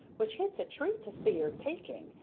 which hit's a treat to see er taking,